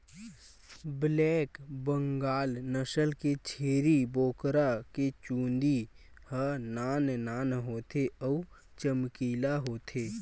black Bengal नसल के छेरी बोकरा के चूंदी ह नान नान होथे अउ चमकीला होथे